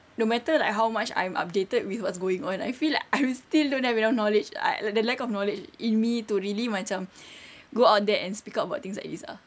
no matter like how much I'm updated with what's going on I feel like I'm still don't have enough knowledge like like the lack of knowledge in me to really macam go out there and speak up about things like this ah